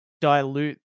dilute